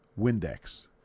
Windex